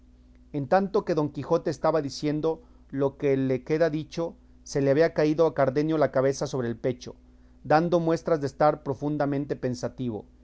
en tanto que don quijote estaba diciendo lo que queda dicho se le había caído a cardenio la cabeza sobre el pecho dando muestras de estar profundamente pensativo